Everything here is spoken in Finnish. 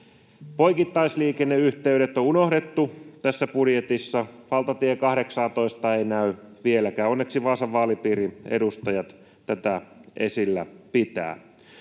Poikittaisliikenneyhteydet on unohdettu tässä budjetissa, valtatie 18:aa ei näy vieläkään. Onneksi Vaasan vaalipiirin edustajat tätä esillä pitävät.